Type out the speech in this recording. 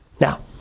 Now